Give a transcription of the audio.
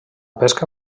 pesca